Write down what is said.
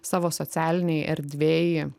savo socialinėj erdvėj